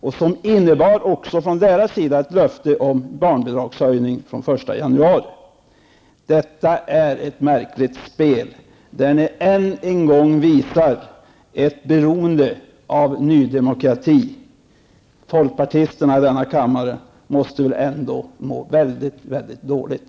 Från det partiets sida innebar det som sagts ett löfte om en barnbidragshöjning fr.o.m. den 1 januari 1992. Det här är ett märkligt spel. Ännu en gång visar ni att ni är beroende av Ny Demokrati. Folkpartisterna i denna kammare måste må väldigt dåligt.